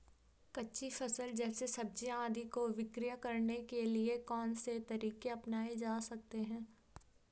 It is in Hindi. कच्ची फसल जैसे सब्जियाँ आदि को विक्रय करने के लिये कौन से तरीके अपनायें जा सकते हैं?